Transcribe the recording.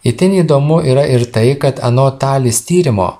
itin įdomu yra ir tai kad anot talis tyrimo